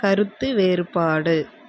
கருத்து வேறுபாடு